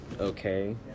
okay